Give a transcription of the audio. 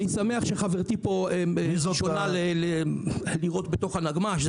אני שמח שחברתי פה פונה לירות בתוך הנגמ"ש.